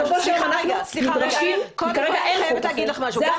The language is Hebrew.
כרגע אין חוק אחר.